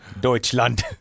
Deutschland